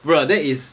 brah there is